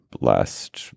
last